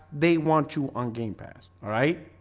they want you on game pass. all right